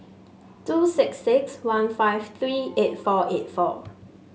two six six one five three eight four eight four